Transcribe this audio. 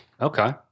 Okay